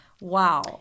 Wow